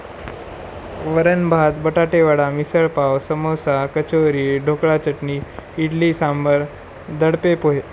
वरण भात बटाटे वडा मिसळ पाव समोसा कचोरी ढोकळा चटणी इडली सांबर दडपे पोहे